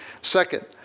Second